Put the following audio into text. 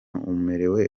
umerewe